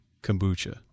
kombucha